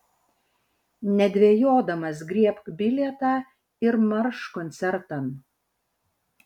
nedvejodamas griebk bilietą ir marš koncertan